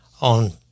on